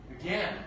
again